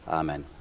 amen